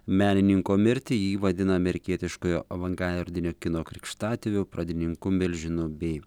menininko mirtį jį vadina amerikietiškojo avangardinio kino krikštatėviu pradininku milžinu bei